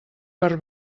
per